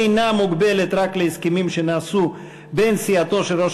אינן מוגבלות רק להסכמים שנעשו בין סיעתו של ראש